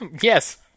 Yes